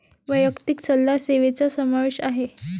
वैयक्तिक सल्ला सेवेचा समावेश आहे